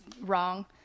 wrong